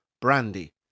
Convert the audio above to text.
Brandy